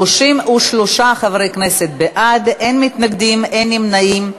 33 חברי כנסת בעד, אין מתנגדים, אין נמנעים.